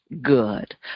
good